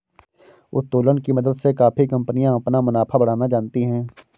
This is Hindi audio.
उत्तोलन की मदद से काफी कंपनियां अपना मुनाफा बढ़ाना जानती हैं